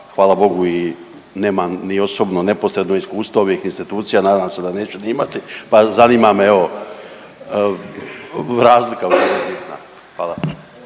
hvala Bogu i nemam ni osobno neposredno iskustvo ovih institucija, nadam se da neću ni imati, pa zanima me evo razlika u njima. Hvala.